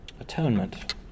Atonement